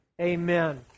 Amen